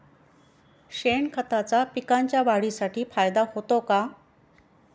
शेणखताचा पिकांच्या वाढीसाठी फायदा होतो का?